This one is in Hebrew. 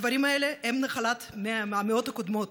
הדברים האלה הם נחלת המאות הקודמות.